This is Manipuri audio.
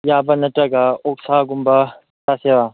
ꯌꯥꯕ꯭ꯔꯥ ꯅꯠꯇ꯭ꯔꯒ ꯑꯣꯛꯁꯥꯒꯨꯝꯕ ꯆꯥꯁꯤꯔꯥ